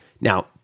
Now